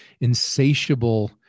insatiable